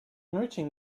reaching